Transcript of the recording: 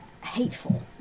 hateful